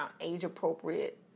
age-appropriate